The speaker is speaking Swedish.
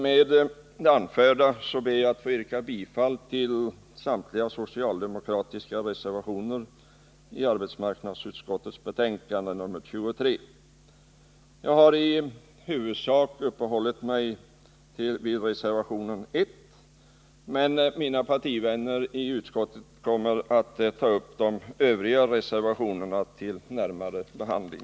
Med det anförda ber jag att få yrka bifall till samtliga socialdemokratiska reservationer i arbetsmarknadsutskottets betänkande 23. Jag har i huvudsak uppehållit mig vid reservation 1, och mina partivänner i utskottet kommer att ta upp de övriga reservationerna till närmare behandling.